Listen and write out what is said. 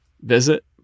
visit